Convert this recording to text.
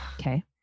Okay